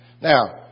Now